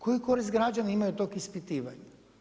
Koju korist građani imaju od tog ispitivanja?